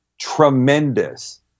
tremendous